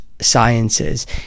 Sciences